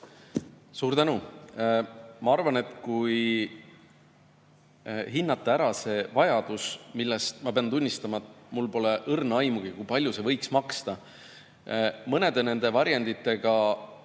Suur tänu! Ma arvan, et kui hinnata ära see vajadus – ma pean tunnistama, et mul pole õrna aimugi, kui palju see võiks maksta – mõnede nende varjendite